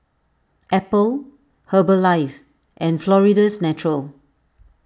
Apple Herbalife and Florida's Natural